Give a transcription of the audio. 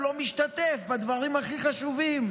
הוא לא משתתף בדברים הכי חשובים,